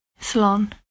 Salon